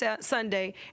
Sunday